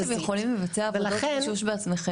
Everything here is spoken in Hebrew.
אם אתם יכולים לבצע עבודות גישוש בעצמכם